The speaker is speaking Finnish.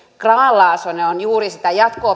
grahn laasonen on juuri sen jatko